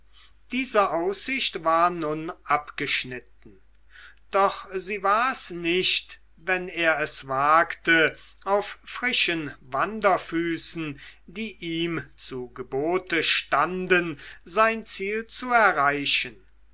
diese aussicht war nun abgeschnitten doch sie war's nicht wenn er es wagte auf frischen wanderfüßen die ihm zu gebote standen sein ziel zu erreichen